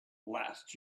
last